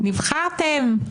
נבחרתם,